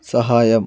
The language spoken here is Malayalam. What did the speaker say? സഹായം